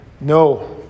no